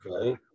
okay